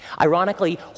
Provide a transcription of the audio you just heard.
Ironically